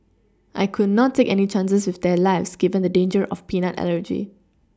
I could not take any chances with their lives given the danger of peanut allergy